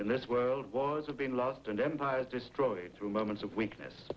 in this world was a being lost and empires destroyed through moments of weakness